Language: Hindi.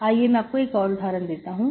आइए मैं आपको एक और उदाहरण देता हूं